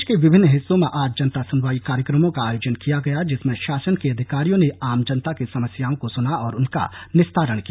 प्रदेश के विभिन्न हिस्सों में आज जनता सुनवाई कार्यक्रमों का आयोजन किया गया जिसमें शासन के अधिकारियों ने आम जनता की समस्याओं को सुना और उनका निस्तारण किया